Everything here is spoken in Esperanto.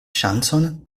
ŝancon